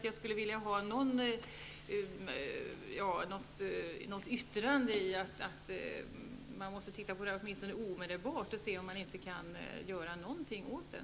Jag vill ha ett uttalande från statsrådet om att man omedelbart skall se på detta problem och göra något åt det.